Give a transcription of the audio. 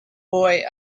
boy